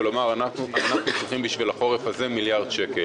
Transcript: ולומר: אנחנו צריכים לחורץ הזה מיליארד שקל.